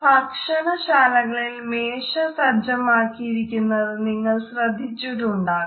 ഭക്ഷണശാലകളിൽ മേശ സജ്ജമാക്കിയിരിക്കുന്നത് നിങ്ങൾ ശ്രദ്ധിച്ചിട്ടുണ്ടാവാം